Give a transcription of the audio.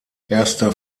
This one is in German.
erster